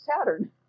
Saturn